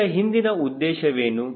ಇದರ ಹಿಂದಿನ ಉದ್ದೇಶವೇನು